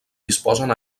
disposen